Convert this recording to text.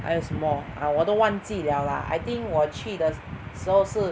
还有什么 ah 我都忘记 liao lah I think 我去的时候是